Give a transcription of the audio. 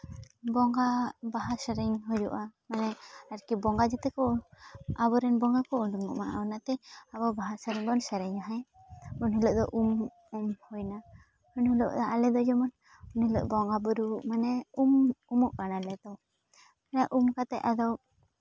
ᱵᱚᱸᱜᱟ ᱵᱟᱦᱟ ᱥᱮᱨᱮᱧ ᱦᱩᱭᱩᱜᱼᱟ ᱢᱟᱱᱮ ᱵᱚᱸᱜᱟ ᱡᱩᱫᱤ ᱠᱚ ᱟᱵᱚ ᱨᱮᱱ ᱵᱚᱸᱜᱟ ᱠᱚ ᱩᱰᱩᱠᱚᱜᱼᱟ ᱚᱱᱟᱛᱮ ᱟᱵᱚ ᱵᱟᱦᱟ ᱥᱮᱨᱮᱧ ᱵᱚᱱ ᱥᱮᱨᱮᱧᱟ ᱦᱮᱸ ᱩᱱ ᱦᱤᱞᱚᱜ ᱫᱚ ᱩᱢ ᱦᱩᱭᱱᱟ ᱩᱱ ᱦᱤᱞᱳᱜ ᱟᱞᱮ ᱫᱚ ᱡᱮᱢᱚᱱ ᱩᱱ ᱦᱤᱞᱳᱜ ᱵᱚᱸᱜᱟᱼᱵᱩᱨᱩ ᱢᱟᱱᱮ ᱩᱢ ᱩᱢᱚᱜ ᱠᱟᱱᱟᱞᱮ ᱛᱚ ᱢᱟᱱᱮ ᱩᱢ ᱠᱟᱛᱮᱜ ᱟᱫᱚ